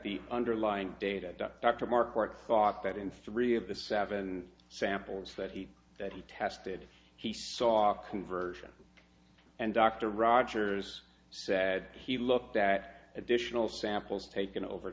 the underlying data that dr mark thought that in three of the seven samples that he that he tested he saw a conversion and dr rogers said he looked at additional samples taken over